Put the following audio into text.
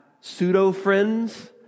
pseudo-friends